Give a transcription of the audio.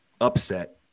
upset